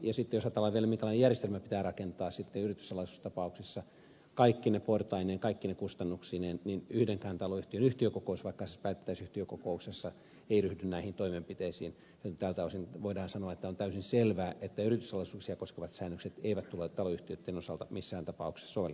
jos ajatellaan vielä minkälainen järjestelmä pitää rakentaa sitten yrityssalaisuustapauksissa kaikkine portaineen kaikkine kustannuksineen niin yhdenkään taloyhtiön yhtiökokous vaikka se päättäisi yhtiökokouksessa ei ryhdy näihin toimenpiteisiin joten tältä osin voidaan sanoa että on täysin selvää että yrityssalaisuuksia koskevat säännökset eivät tule taloyhtiöitten osalta missään tapauksessa sovellettaviksi